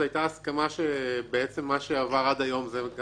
הייתה הסכמה שמה שעבר עד היום זה גם